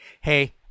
hey